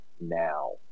now